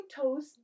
toes